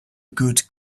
good